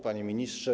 Panie Ministrze!